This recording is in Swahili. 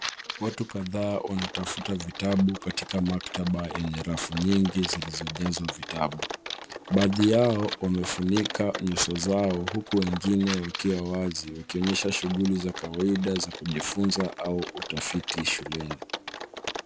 Watu kadhaa wanatafuta vitabu katika maktaba ya yenye rafu nyingi zilizojazwa vitabu, baadhi yao wamefunika nyuso zao huku wengine wakiwa wazi wakionyesha shughuli za kawaida za kujifunza au utafiti shuleni.